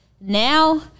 now